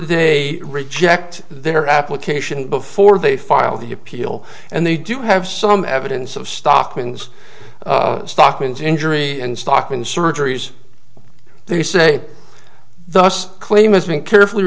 they reject their application before they file the appeal and they do have some evidence of stockings stockmen's injury and stock in surgeries they say thus claim has been carefully